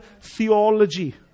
theology